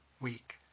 Week